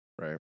Right